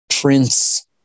Prince